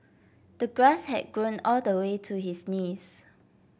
the grass had grown all the way to his knees